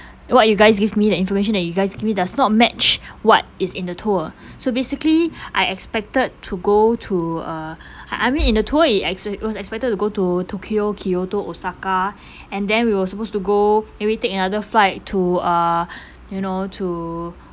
what you guys give me the information that you guys give me does not match what is in the tour so basically I expected to go to uh I mean in the tour it exp~ was expected to go to tokyo kyoto osaka and then we were supposed to go maybe take another flight to uh you know to